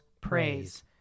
praise